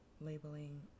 labeling